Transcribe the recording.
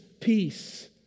peace